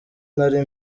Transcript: nari